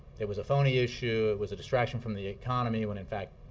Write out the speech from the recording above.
it was a phony issue it was a distraction from the economy, when, in fact,